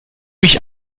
mich